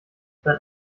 sein